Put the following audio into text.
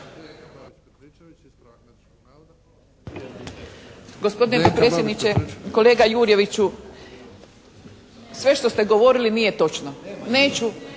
Gospodine predsjedniče. Kolega Jurjeviću sve što ste govorili nije točno. …